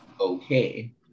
Okay